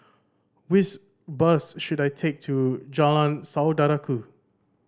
which bus should I take to Jalan Saudara Ku